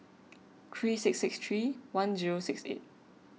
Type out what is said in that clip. three six six three one zero six eight